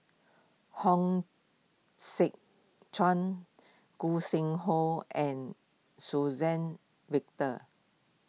Hong Sek Chern Gog Sing Hooi and Suzann Victor